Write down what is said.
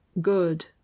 good